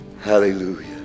Hallelujah